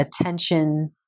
attention